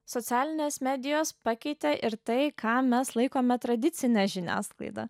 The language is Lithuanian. socialinės medijos pakeitė ir tai ką mes laikome tradicine žiniasklaida